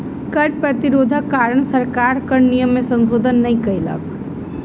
कर प्रतिरोधक कारणेँ सरकार कर नियम में संशोधन नै कय सकल